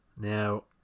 now